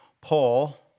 Paul